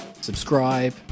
subscribe